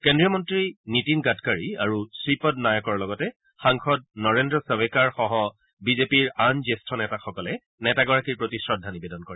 কেন্দ্ৰীয় মন্ত্ৰী নীতিন গাডকাৰী আৰু শ্ৰীপদ নায়কৰ লগতে সাংসদ নৰেন্দ্ৰ ছাৱেকাৰ সহ বিজেপিৰ আন জ্যেষ্ঠ নেতাসকলে নেতাগৰাকীৰ প্ৰতি শ্ৰদ্ধা নিবেদন কৰে